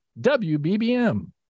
WBBM